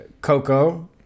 coco